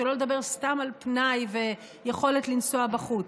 שלא לדבר סתם על פנאי ועל יכולת לנסוע בחוץ.